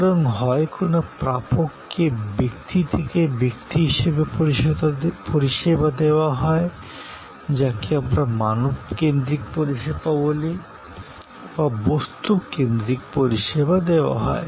সুতরাং হয় কোনও প্রাপককে ব্যক্তি থেকে ব্যক্তি হিসাবে পরিষেবা দেওয়া হয় যাকে আমরা মানব কেন্দ্রিক পরিষেবা বলি বা বস্তু কেন্দ্রিক পরিষেবা দেওয়া হয়